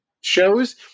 shows